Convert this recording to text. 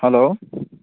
hello